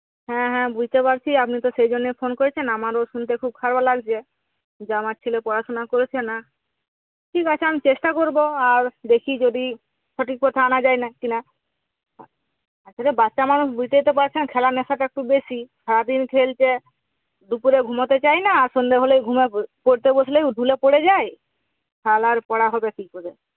হ্যাঁ হ্যাঁ বুঝতে পারছি আপনি তো সেই জন্যেই ফোন করেছেন আমারও শুনতে খুব খারাপ লাগছে যে আমার ছেলে পড়াশোনা করেছে না ঠিক আছে আমি চেষ্টা করবো আর দেখি যদি সঠিক পথে আনা যায় না কি না আসলে বাচ্চা মানুষ বুঝতেই তো পারছেন খেলার নেশাটা একটু বেশি সারাদিন খেলছে দুপুরে ঘুমোতে চায় না আর সন্ধে হলেই ঘুম পড়তে বসলেই ঢুলে পড়ে যায় তাহলে আর পড়া হবে কি করে